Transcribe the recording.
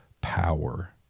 power